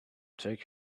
take